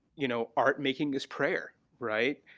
you know, art making this prayer, right?